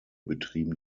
betrieben